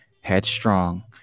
headstrong